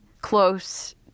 close